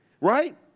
Right